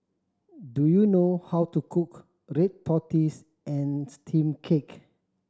do you know how to cook red tortoise and steamed cake